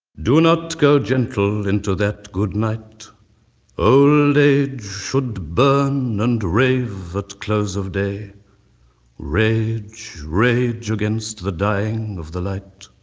do not go gentle into that good night old age should burn and rave at close of day rage, rage against the dying of the light.